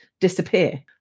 disappear